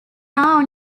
are